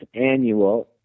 annual